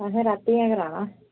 आसें रातीं ऐ कराना